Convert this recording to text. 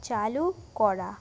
চালু করা